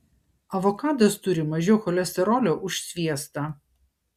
avokadas turi mažiau cholesterolio už sviestą